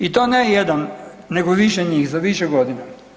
I to ne jedan, nego više njih, za više godina.